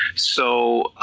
so